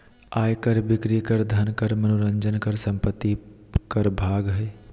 आय कर, बिक्री कर, धन कर, मनोरंजन कर, संपत्ति कर भाग हइ